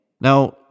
Now